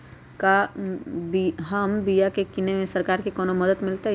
क्या हम बिया की किने में सरकार से कोनो मदद मिलतई?